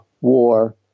war